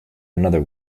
another